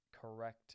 correct